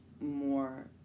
more